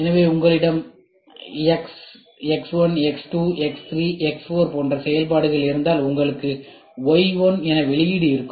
எனவே உங்களிடம் x x 1 x 2 x 3 x 4 போன்ற செயல்பாடுகள் இருந்தால் உங்களுக்கு y 1 என வெளியீடுகள் இருக்கும்